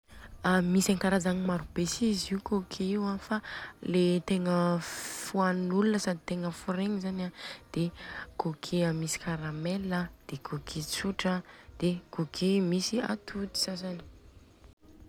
A misy ankarazagna be si izy io cookies Io an fa le tegna foanin'olona zany sady tegna foregny zany an de cookies misy karamel an, cookies tsotra an, de cookies misy atody sasany.